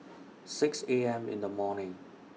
six A M in The morning